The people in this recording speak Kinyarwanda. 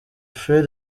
fred